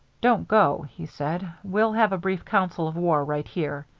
don't go, he said. we'll have a brief council of war right here.